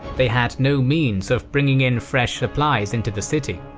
they had no means of bringing in fresh supplies into the city.